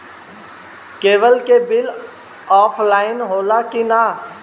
Cable के bill offline होला कि ना?